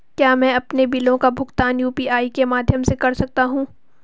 क्या मैं अपने बिलों का भुगतान यू.पी.आई के माध्यम से कर सकता हूँ?